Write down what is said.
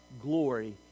glory